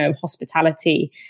hospitality